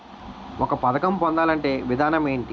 ఒక పథకం పొందాలంటే విధానం ఏంటి?